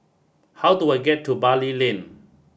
how do I get to Bali Lane